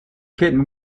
kitten